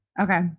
okay